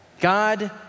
God